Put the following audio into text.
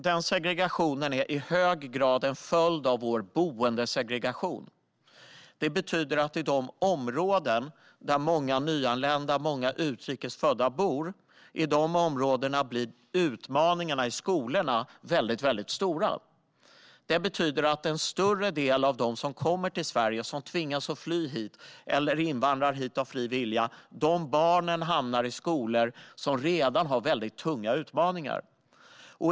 Denna segregation är i hög grad en följd av vår boendesegregation. Det betyder att i de områden där många nyanlända och utrikes födda bor blir utmaningarna i skolorna väldigt stora. Det betyder att en större del av de barn som kommer till Sverige - de som har tvingats fly hit eller som invandrar hit av egen fri vilja - hamnar i skolor som redan har väldigt tunga utmaningar.